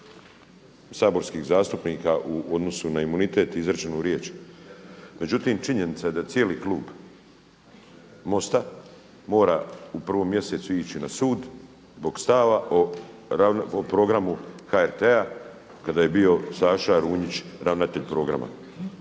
saborskih zastupnika u odnosu na imunitet i izrečenu riječ, međutim činjenica je da cijeli klub MOST-a mora u 1. mjesecu ići na sud zbog stava o programu HRT-a kada je bio Saša Runjić ravnatelj programa.